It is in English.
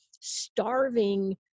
starving